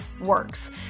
works